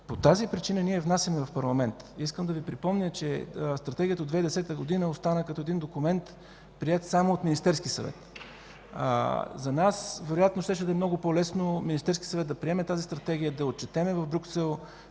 По тази причина ние я внасяме в парламента. Искам да Ви припомня, че Стратегията от 2010 г. остана като един документ, приет само от Министерския съвет. За нас вероятно щеше да е много по-лесно Министерският съвет да приема тази Стратегия, да я отчетем в Брюксел,